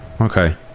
Okay